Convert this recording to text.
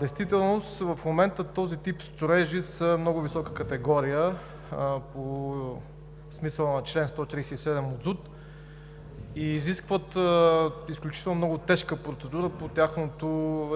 Действително в момента този тип строежи са много висока категория по смисъла на чл. 137 от ЗУТ и изискват изключително тежка процедура по тяхното